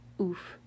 Oof